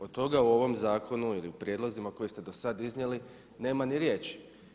Od toga u ovom zakonu ili prijedlozima koje ste do sada iznijeli nema ni riječi.